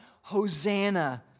Hosanna